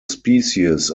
species